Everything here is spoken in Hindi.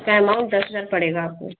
इसका एमाउंट दस हज़ार पड़ेगा आपको